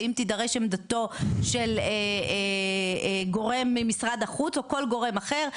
ואם תידרש עמדתו של גורם ממשרד החוץ או כל גורם אחר,